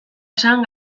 esan